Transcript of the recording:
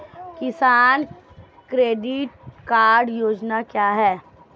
किसान credit card योजना क्या है?